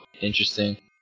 interesting